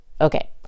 okay